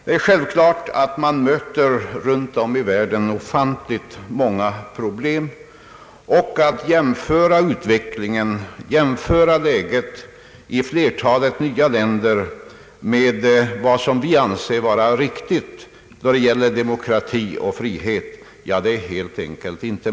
Det är självklart att man runt om i världen möter ofantligt många problem, och det är helt enkelt inte möjligt att jämföra utvecklingen och läget i flertalet nya länder med vad vi anser vara riktigt då det gäller demokrati och frihet.